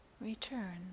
return